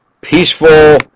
Peaceful